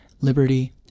liberty